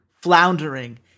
floundering